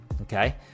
Okay